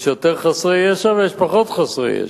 יש יותר חסרי ישע ויש פחות חסרי ישע.